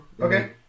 Okay